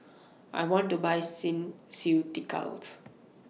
I want to Buy Skin Ceuticals